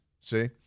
see